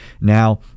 now